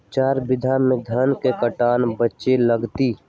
चार बीघा में धन के कर्टन बिच्ची लगतै?